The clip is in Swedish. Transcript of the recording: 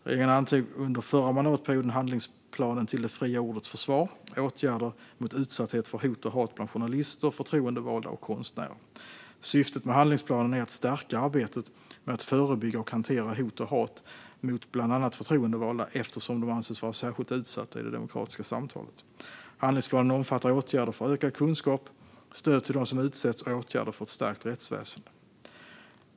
Regeringen antog under förra mandatperioden handlingsplanen Till det fria ordets försvar - åtgärder mot utsatthet för hot och hat bland journalister, förtroendevalda och konstnärer. Syftet med handlingsplanen är att stärka arbetet med att förebygga och hantera hot och hat mot bland annat förtroendevalda eftersom de anses vara särskilt utsatta i det demokratiska samtalet. Handlingsplanen omfattar åtgärder för ökad kunskap, stöd till dem som utsätts och åtgärder för ett stärkt rättsväsen.